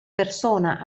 persona